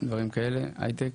דברים כאלה, הייטק.